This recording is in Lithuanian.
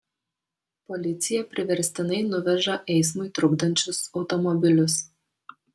policija priverstinai nuveža eismui trukdančius automobilius